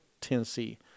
Tennessee –